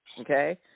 Okay